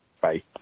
Bye